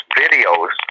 videos